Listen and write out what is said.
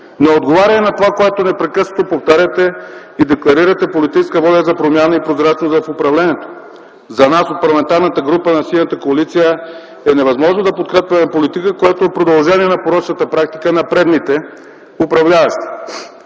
не отговаря на това, което непрекъснато повтаряте и декларирате –политическа воля за промяна и прозрачност в управлението. За нас от Парламентарната група на Синята коалиция е невъзможно да подкрепяме политика, която е продължение на порочната практика на предишните управляващи.